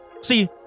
See